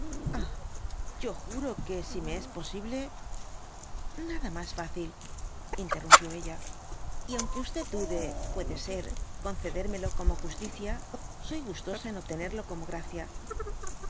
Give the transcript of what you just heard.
yo juro que si me es posible anada a mas fácil interrumpió ella y aunque dude puede ser concedérmelo como justicia soy gustosa en obtenerlo como gracia